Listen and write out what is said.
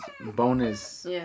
bonus